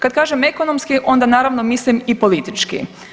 Kada kažem ekonomski onda naravno mislim i politički.